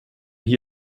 hier